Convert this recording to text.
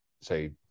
say